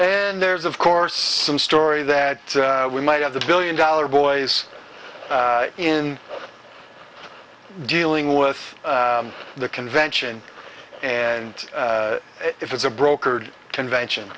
and there's of course some story that we might have the billion dollar boys in dealing with the convention and if it's a brokered convention